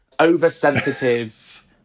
oversensitive